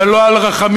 ולא על רחמים,